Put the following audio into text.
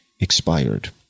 expired